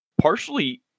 partially